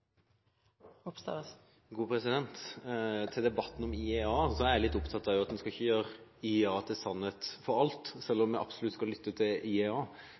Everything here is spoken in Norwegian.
Til debatten om IEA: Jeg er litt opptatt av at en ikke skal gjøre det IEA sier, til det eneste sanne om alt, selv om en absolutt skal lytte til